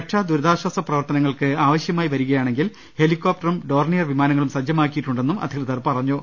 രക്ഷാദുരിതാശ്വാസ പ്രവർത്തനങ്ങൾക്ക് ആവശ്യമായി വരികയാണെങ്കിൽ ഹെലിക്കോ പ്റ്ററും ഡോർണിയർ വിമാനങ്ങളും സജ്ജമാക്കിയിട്ടുണ്ടെന്നും അധി കൃതർ പറഞ്ഞു